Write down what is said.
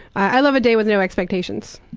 i love a day with no expectations.